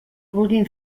vulguin